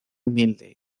humilde